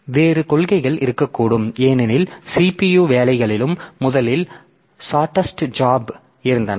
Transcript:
எனவே வேறு கொள்கைகள் இருக்கக்கூடும் ஏனெனில் CPU வேலைகளும் முதலில் ஷார்ட்டெஸ்ட் ஜாப் இருந்தன